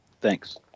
Thanks